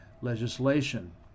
legislation